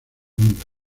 húngaro